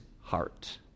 heart